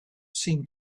seemed